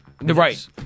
Right